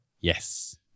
Yes